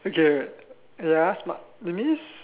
okay ya smart that means